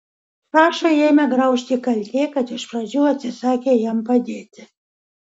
sašą ėmė graužti kaltė kad iš pradžių atsisakė jam padėti